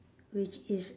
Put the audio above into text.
which is